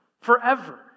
forever